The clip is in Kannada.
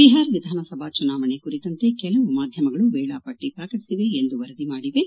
ಬಿಹಾರ್ ವಿಧಾನಸಭಾ ಚುನಾವಣೆಗೆ ಕುರಿತಂತೆ ಕೆಲವು ಮಾಧ್ಯಮಗಳು ವೇಳಾಪಟ್ಟಿ ಪ್ರಕಟಿಸಿವೆ ಎಂದು ವರದಿ ಮಾಡಿವೆ